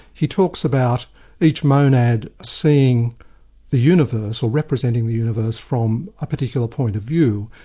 he talks about each monad seeing the universe, or representing the universe from a particular point of view,